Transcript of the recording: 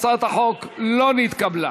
הצעת החוק לא נתקבלה.